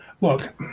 look